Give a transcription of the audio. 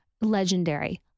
Legendary